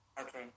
Okay